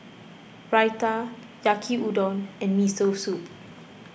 Raita Yaki Udon and Miso Soup